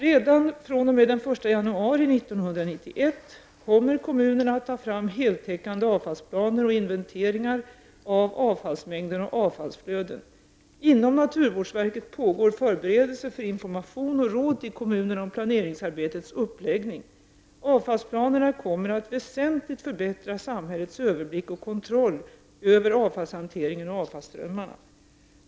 Redan fr.o.m. den 1 januari 1991 kommer kommunerna att ta fram heltäckande avfallsplaner och göra inventeringar av avfallsmängder och avfallsflöden. Inom naturvårdsverket pågår förberedelser för information och råd till kommunerna om planeringsarbetets uppläggning. Avfallsplanerna kommer att väsentligt förbättra samhällets överblick och kontroll över avfallshanteringen och avfallsströmmarna.